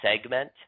segment